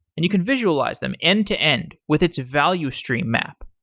and you can visualize them end to end with its value stream map.